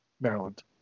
maryland